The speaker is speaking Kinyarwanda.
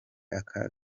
aka